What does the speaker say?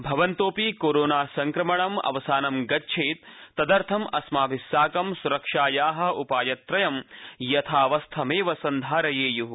भवन्तोऽपि कोरोणासङ्क्रमणं अवसानं गच्छेत् तदर्थम् अस्मभिः साकं स्रक्षाया उपायत्रयं यथावस्थमेव सन्धारयेय्ः